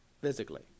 Physically